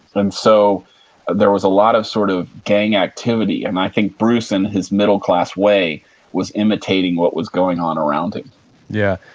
and so there was a lot of sort of gang activity and i think bruce in his middle-class way was imitating what was going on around him yeah.